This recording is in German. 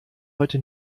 heute